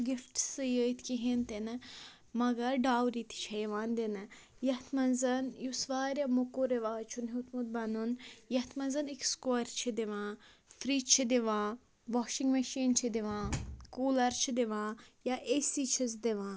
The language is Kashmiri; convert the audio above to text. گِفٹٕسٕے یٲتۍ کِہیٖنۍ تہِ نہٕ مَگَر ڈاوری تہِ چھےٚ یِوان دِنہٕ یَتھ منٛز یُس واریاہ موٚکُر رِواج چھُن ہیوٚتمُت بَنُن یَتھ منٛز أکِس کورِ چھِ دِوان فِرٛج چھِ دِوان واشِنٛگ مٔشیٖن چھِ دِوان کوٗلَر چھِ دِوان یا اے سی چھِس دِوان